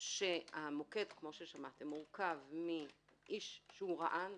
שהמוקד כאמור מורכב מאיש שהוא רע"ן,